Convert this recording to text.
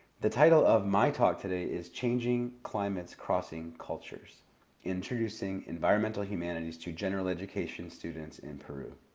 the title of my talk today is changing climates, crossing cultures introducing environmental humanities to general education students in peru.